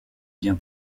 bien